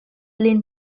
lehnen